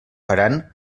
faran